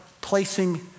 placing